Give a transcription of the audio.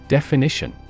Definition